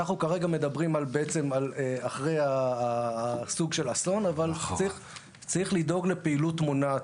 אנחנו כרגע מדברים על אחרי סוג של אסון אבל צריך לדאוג לפעילות מונעת.